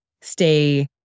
stay